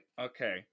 Okay